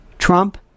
Trump